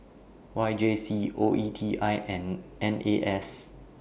Y J C O E T I and N A S